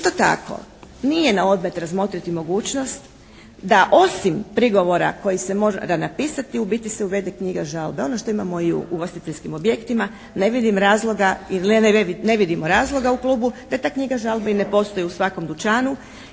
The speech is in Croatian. Isto tako nije na odmet razmotriti mogućnost da osim prigovora koji se mora napisati u biti se uvede knjiga žalbe. Ono što imamo i u ugostiteljskim objektima ne vidim razloga, ili ne vidimo razloga u klubu, da ta knjiga žalbe ne postoji u svakom dućanu.